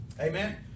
Amen